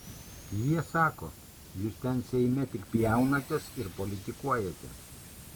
jie sako jūs ten seime tik pjaunatės ir politikuojate